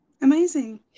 Amazing